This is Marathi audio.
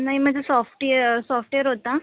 नाही माझं सॉफ्टीए सॉफ्टेअर होता